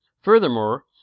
Furthermore